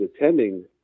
attending